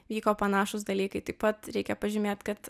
vyko panašūs dalykai taip pat reikia pažymėt kad